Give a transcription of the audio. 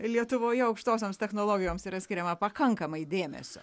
lietuvoje aukštosioms technologijoms yra skiriama pakankamai dėmesio